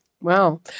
Wow